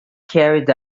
carried